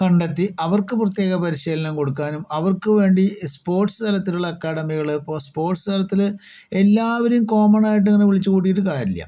കണ്ടെത്തി അവർക്ക് പ്രത്യേക പരിശീലനം കൊടുക്കാനും അവർക്ക് വേണ്ടി സ്പോർട്സ് തലത്തിലൊള്ള അക്കാഡമികള് ഇപ്പൊൾ സ്പോർട്സ് തലത്തില് എല്ലാവരേയും കോമണായിട്ട് ഇങ്ങനെ വിളിച്ച് കൂട്ടിയിട്ട് കാര്യമില്ല